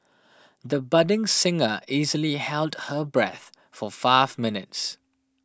the budding singer easily held her breath for five minutes